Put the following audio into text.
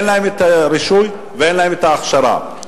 אין להם הרישוי ואין להם ההכשרה.